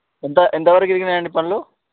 ఎంత ఎంత వరకు దిగినాయి అండి పండ్లు